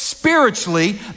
spiritually